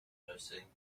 noticing